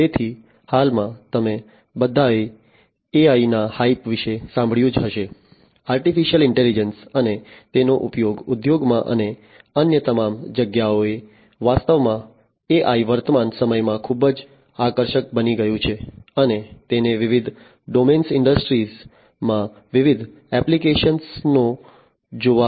તેથી હાલમાં તમે બધાએ AI ના હાઇપ વિશે સાંભળ્યું જ હશે આર્ટિફિશિયલ ઇન્ટેલિજન્સ અને તેનો ઉપયોગ ઉદ્યોગોમાં અને અન્ય તમામ જગ્યાએ વાસ્તવમાં AI વર્તમાન સમયમાં ખૂબ જ આકર્ષક બની ગયું છે અને તેને વિવિધ ડોમેન્સ ઇન્ડસ્ટ્રીઝમાં વિવિધ એપ્લિકેશનો જોવા મળે છે